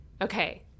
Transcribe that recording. okay